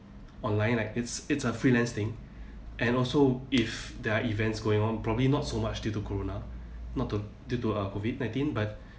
online like it's it's a freelance thing and also if there are events going on probably not so much due to corona not to due to uh COVID nineteen but